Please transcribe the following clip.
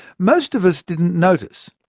most of us didn't notice,